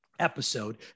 episode